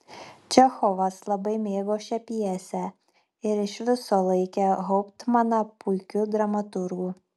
čechovas labai mėgo šią pjesę ir iš viso laikė hauptmaną puikiu dramaturgu